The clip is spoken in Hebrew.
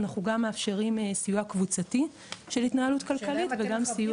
אנחנו גם מאפשרים סיוע קבוצתי של התנהלות כלכלית וגם סיוע אישי.